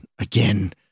again